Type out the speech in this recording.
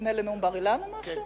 מפנה לנאום בר-אילן או משהו?